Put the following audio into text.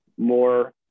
More